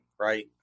right